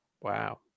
Wow